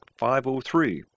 503